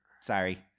Sorry